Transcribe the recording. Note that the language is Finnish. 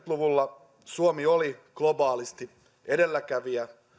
luvulla suomi oli globaalisti edelläkävijä